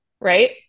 right